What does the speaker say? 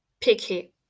picky